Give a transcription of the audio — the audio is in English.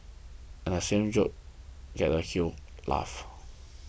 and the same joke gets a huge laugh